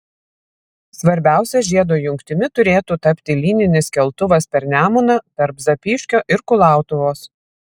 svarbiausia žiedo jungtimi turėtų tapti lyninis keltuvas per nemuną tarp zapyškio ir kulautuvos